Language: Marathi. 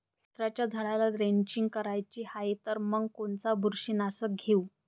संत्र्याच्या झाडाला द्रेंचींग करायची हाये तर मग कोनच बुरशीनाशक घेऊ?